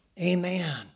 Amen